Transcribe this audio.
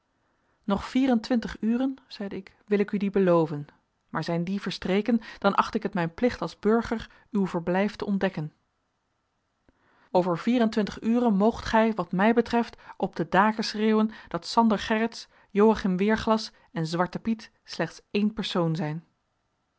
nog vier en twintig uren zeide ik wil ik u die beloven maar zijn die verstreken dan acht ik het mijn plicht als burger uw verblijf te ontdekken over vier en twintig uren moogt gij wat mij betreft op de daken schreeuwen dat sander gerritz joachim weerglas en zwarte piet slechts één persoon zijn